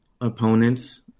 opponents